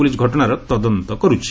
police ଘଟଣାର ତଦନ୍ତ କରୁଛି